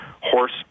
Horse